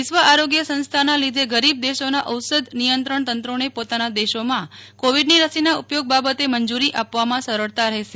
વિશ્વ આરોગ્ય સંસ્થાના લીદે ગરીબ દેશોના ઔષધ નિયંત્રણ તંત્રોને પોતાના દેશોમાં કોવિડની રસીના ઉપયોગ બાબતે મંજૂરી આપવામાં સરળતા રહેશે